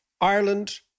Ireland